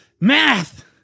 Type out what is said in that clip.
math